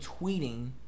tweeting